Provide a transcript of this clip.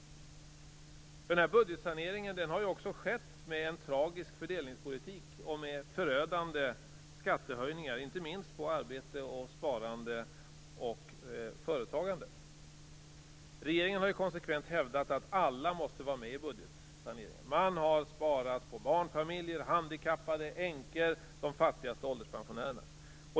Budgetsaneringen har också skett med en tragisk fördelningspolitik och med förödande skattehöjningar, inte minst på arbete, sparande och företagande. Regeringen har konsekvent hävdat att alla måste vara med i budgetsaneringen. Man har sparat på barnfamiljer, handikappade, änkor och de fattigaste ålderspensionärerna.